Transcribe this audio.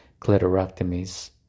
clitoractomies